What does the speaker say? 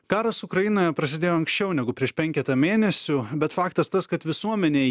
karas ukrainoje prasidėjo anksčiau negu prieš penketą mėnesių bet faktas tas kad visuomenėj